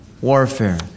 warfare